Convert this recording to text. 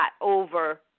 over